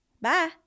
Bye